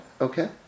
okay